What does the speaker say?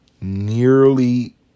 nearly